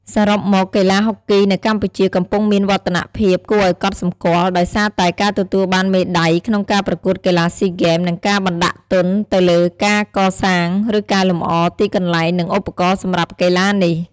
សរុបមក កីឡាហុកគីនៅកម្ពុជាកំពុងមានវឌ្ឍនភាពគួរឱ្យកត់សម្គាល់ ដោយសារតែការទទួលបានមេដាយក្នុងការប្រកួតកីឡាស៊ីហ្គេម និងការបណ្ដាក់ទុនទៅលើការកសាង ឬកែលម្អទីកន្លែង និងឧបករណ៍សម្រាប់កីឡានេះ។